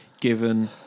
given